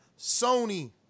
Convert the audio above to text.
Sony